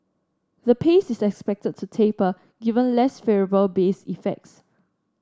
the pace is expected to taper given less favourable base effects